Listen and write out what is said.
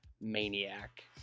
Maniac